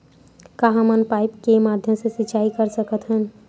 का हमन पाइप के माध्यम से सिंचाई कर सकथन?